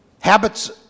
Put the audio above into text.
Habits